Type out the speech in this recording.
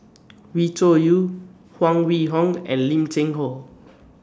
Wee Cho Yaw Huang Wenhong and Lim Cheng Hoe